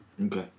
Okay